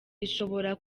ishobora